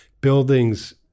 buildings